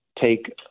take